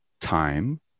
time